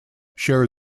share